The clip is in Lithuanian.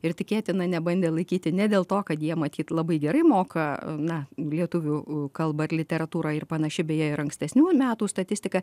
ir tikėtina nebandė laikyti ne dėl to kad jie matyt labai gerai moka na lietuvių kalbą ir literatūrą ir panašiai beje ir ankstesnių metų statistika